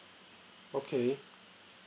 okay